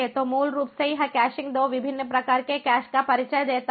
तो मूल रूप से यह कैशिंग 2 विभिन्न प्रकार के कैश का परिचय देता है